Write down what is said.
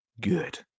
good